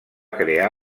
crear